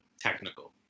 technical